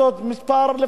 הממשלה,